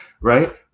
right